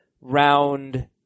round